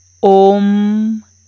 Om